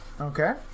Okay